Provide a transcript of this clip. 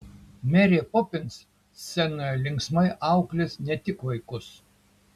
merė popins scenoje linksmai auklės ne tik vaikus